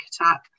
attack